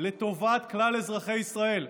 לטובת כלל אזרחי ישראל,